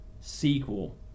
sequel